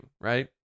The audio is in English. right